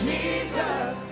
Jesus